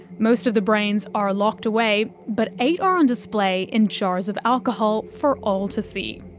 most of the brains are locked away, but eight are on display in jars of alcohol for all to see.